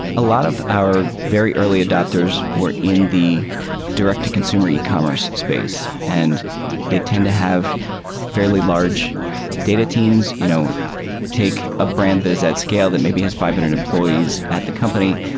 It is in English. a lot of our very early adapters were in the direct to consumer e commerce space and they tend to have fairly large data teams you know take a brand that is at scale that maybe has five hundred employees at the company.